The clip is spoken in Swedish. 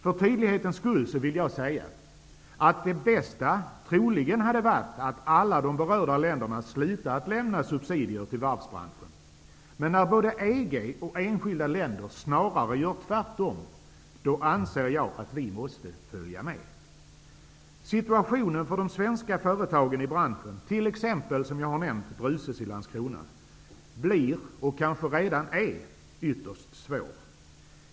För tydlighetens skull vill jag säga att det bästa troligen hade varit att alla de berörda länderna slutat att lämna subsidier till varvsbranschen. Men när både EG och enskilda länder snarare gör tvärtom anser jag att vi måste följa med. Situationen för de svenska företagen i branschen blir, och är kanske redan, ytterst svår. Det gäller t.ex. Bruces i Landskrona som jag har nämnt.